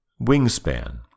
Wingspan